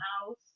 house